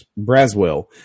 Braswell